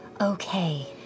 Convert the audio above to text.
okay